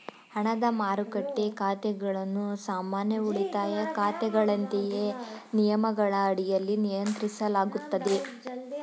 ಹಣದ ಮಾರುಕಟ್ಟೆ ಖಾತೆಗಳನ್ನು ಸಾಮಾನ್ಯ ಉಳಿತಾಯ ಖಾತೆಗಳಂತೆಯೇ ನಿಯಮಗಳ ಅಡಿಯಲ್ಲಿ ನಿಯಂತ್ರಿಸಲಾಗುತ್ತದೆ